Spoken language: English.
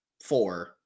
four